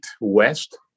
west